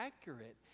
accurate